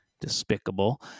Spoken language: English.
despicable